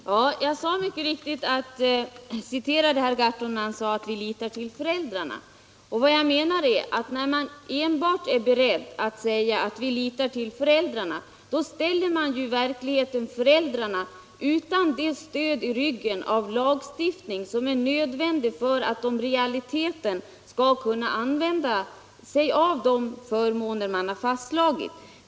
Herr talman! Jag citerade mycket riktigt herr Gahrton som sagt: Vi litar till föräldrarna. Vad jag menar är att när man enbart är beredd att säga sig lita till föräldrarna ställer man i verkligheten föräldrarna utan det stöd i ryggen av lagstiftning som är nödvändigt för att de i realiteten skall kunna använda sig av de förmåner som fastslagits.